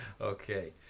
okay